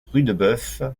rudebeuf